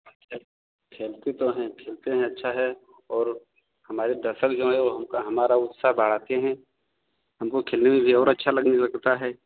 अच्छा खेलते तो हैं खेलते हैं अच्छा हैं और हमारे दर्शक जो है हमका हमारा उत्साह बढ़ाते हैं हमको खेलने के लिए और अच्छा लगने लगता है